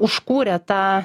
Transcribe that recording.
užkūrė tą